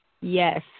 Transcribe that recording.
Yes